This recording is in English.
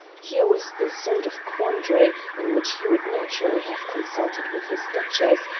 here was the sort of quandary in which he would naturally have consulted with his duchess,